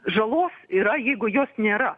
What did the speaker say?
žalos yra jeigu jos nėra